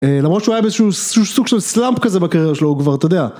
למרות שהוא היה באיזשהו סוג של סלאמפ כזה בקריירה שלו, הוא כבר, אתה יודע.